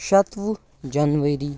شَتوُہ جنؤری